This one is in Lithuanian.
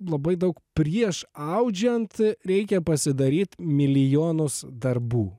labai daug prieš audžiant reikia pasidaryt milijonus darbų